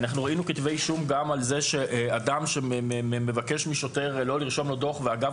אנחנו ראינו כתבי אישום גם על זה שאדם שמבקש משוטר לא לרשום לו דוח ואגב